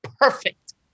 perfect